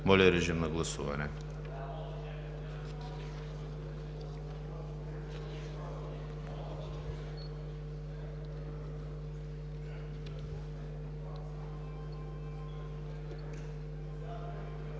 Моля, режим на гласуване